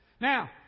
Now